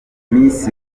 miss